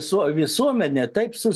su visuomene taip su